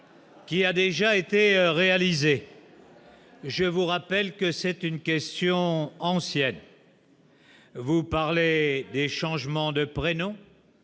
Qui a déjà été réalisé. Je vous rappelle que c'est une question ancienne. Vous parlez des changements de prénom.